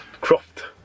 Croft